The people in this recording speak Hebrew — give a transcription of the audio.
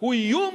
הוא איום